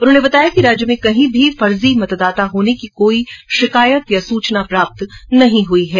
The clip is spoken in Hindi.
उन्होंने बताया कि राज्य में कहीं भी फर्जी मतदाता होने की कोई शिकायत या सूचना प्राप्त नहीं हुई है